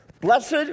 Blessed